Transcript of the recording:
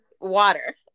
water